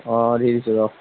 অঁ দি দিছোঁ অঁ